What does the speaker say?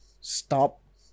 stop